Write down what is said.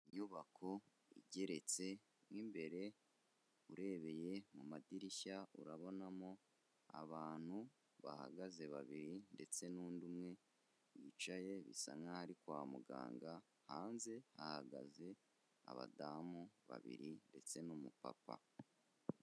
Inyubako igeretse, mo imbere urebeye mu madirishya, urabonamo abantu bahagaze babiri ndetse n'undi umwe wicaye, bisa nk'aho ari kwa muganga, hanze hahagaze abadamu babiri ndetse n'umupapa.